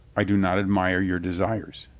i do not admire your de sires.